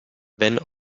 wenn